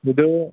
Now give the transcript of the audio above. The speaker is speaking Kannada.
ಇದು